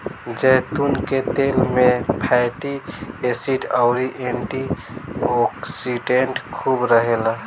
जैतून के तेल में फैटी एसिड अउरी एंटी ओक्सिडेंट खूब रहेला